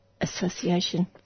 Association